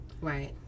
Right